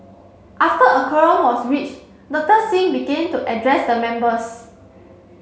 after a quorum was reached Doctor Singh begin to address the members